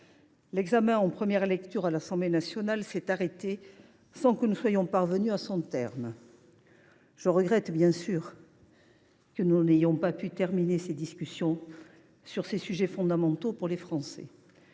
texte en première lecture à l’Assemblée nationale s’est arrêté sans que nous soyons parvenus à son terme. Je regrette, bien sûr, que nous n’ayons pas terminé les discussions sur ces sujets fondamentaux pour les Français.